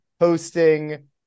hosting